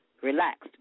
relaxed